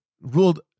ruled